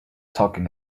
talking